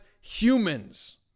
humans